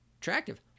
attractive